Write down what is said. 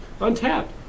untapped